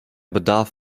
bedarf